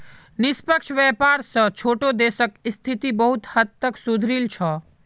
निष्पक्ष व्यापार स छोटो देशक स्थिति बहुत हद तक सुधरील छ